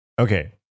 Okay